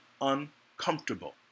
uncomfortable